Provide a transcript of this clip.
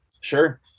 Sure